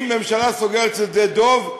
אם הממשלה סוגרת את שדה-דב,